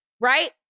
right